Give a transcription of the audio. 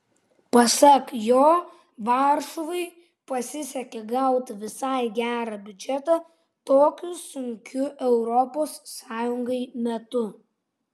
pasak jo varšuvai pasisekė gauti visai gerą biudžetą tokiu sunkiu europos sąjungai metu